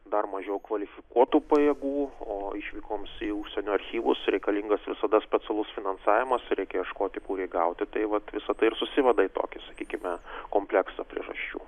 dar mažiau kvalifikuotų pajėgų o išvykoms į užsienio archyvus reikalingas visada specialus finansavimas reikia ieškoti kur jį gauti tai vat visa tai ir susiveda į tokį sakykime kompleksą priežasčių